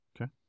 Okay